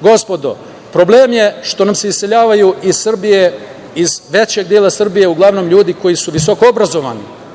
Gospodo, problem je što nam se iseljavaju iz Srbije, iz većeg dela Srbije uglavnom ljudi koji su visokoobrazovani.